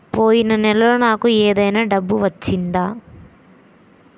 పోయిన నెలలో నాకు ఏదైనా డబ్బు వచ్చిందా?